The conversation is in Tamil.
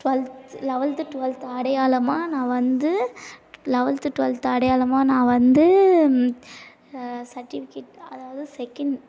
டுவெல்த் லெவல்த் டுவெல்த்து அடையாளமாக நான் வந்து லெவெல்த் டுவெல்த்து அடையாளமாக நான் வந்து நான் சர்ட்டிஃபிகேட் அதாவது செகண்ட்